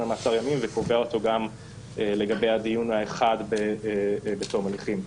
למעצר ימים וקובע אותו גם לגבי הדיון האחד בתום הליכים.